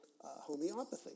homeopathy